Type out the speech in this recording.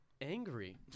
angry